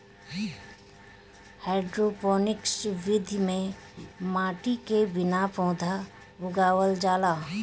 hydroponics विधि में माटी के बिना पौधा उगावल जाला